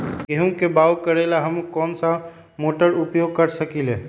गेंहू के बाओ करेला हम कौन सा मोटर उपयोग कर सकींले?